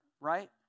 right